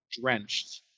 drenched